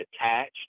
attached